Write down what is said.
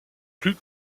plus